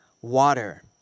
water